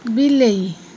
ବିଲେଇ